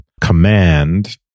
command